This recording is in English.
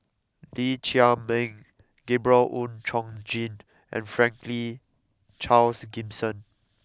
Lee Chiaw Meng Gabriel Oon Chong Jin and Franklin Charles Gimson